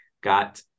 got